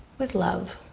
with love.